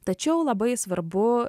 tačiau labai svarbu